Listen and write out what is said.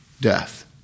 death